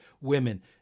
women